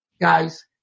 guys